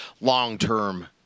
long-term